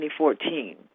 2014